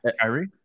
Kyrie